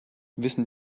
wissen